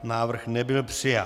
Návrh nebyl přijat.